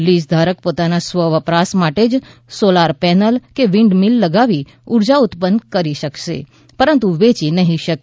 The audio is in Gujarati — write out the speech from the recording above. લીઝ ધારક પોતાના સ્વ વપરાશ માટે જ સોલાર પેનલ વીન્ડ મીલ લગાવી ઊર્જા ઉત્પાદન કરી શકશે પરંતુ વેચી નહિ શકે